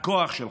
הכוח שלך,